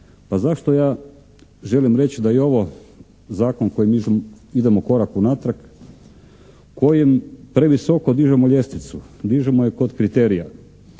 Pa zašto ja želim reći da je i ovo zakon koji idemo korak unatrag, kojem previsoko dižemo ljestvicu. Dižemo je kod kriterija.